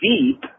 deep